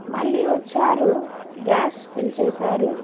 మళ్ళీ వచ్చారు gas fill చేసారు